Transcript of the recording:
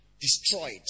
destroyed